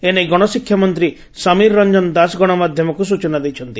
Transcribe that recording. ଏ ନେଇ ଗଣଶିଷା ମନ୍ତୀ ସମୀର ରଞ୍ଚନ ଦାଶ ଗଣମାଧ୍ଧମକୁ ସୂଚନା ଦେଇଛନ୍ତି